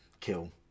kill